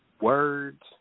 words